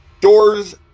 doors